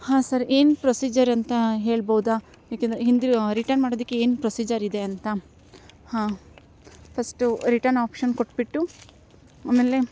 ಹಾಂ ಸರ್ ಏನು ಪ್ರೊಸೀಜರ್ ಅಂತ ಹೇಳ್ಬೋದಾ ಯಾಕೆಂದರೆ ಹಿಂದೆ ರಿಟರ್ನ್ ಮಾಡೋದಕ್ಕೆ ಏನು ಪ್ರೊಸೀಜರ್ ಇದೆ ಅಂತ ಹಾಂ ಫಸ್ಟು ರಿಟನ್ ಆಪ್ಷನ್ ಕೊಟ್ಟುಬಿಟ್ಟು ಆಮೇಲೆ